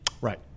Right